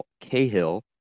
Cahill